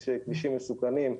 ישנם כבישים מסוכנים.